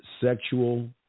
sexual